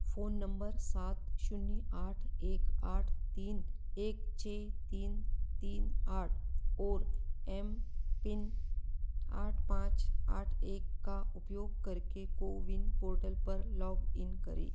phone number सात शून्य आठ एक आठ तीन एक छः तीन तीन आठ और एमपिन आठ पाँच आठ एक का उपयोग करके कोविन पोर्टल पर लॉग इन करें